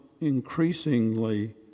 increasingly